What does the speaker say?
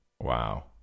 Wow